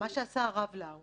מה שעשה הרב לאו